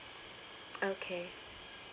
okay